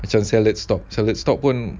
macam salad stop salad stop pun